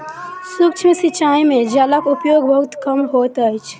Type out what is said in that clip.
सूक्ष्म सिचाई में जलक उपयोग बहुत कम होइत अछि